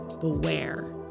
beware